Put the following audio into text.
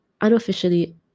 unofficially